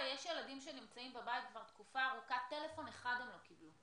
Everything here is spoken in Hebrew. יש ילדים שנמצאים בבית כבר תקופה ארוכה ואפילו טלפון אחד הם לא קיבלו.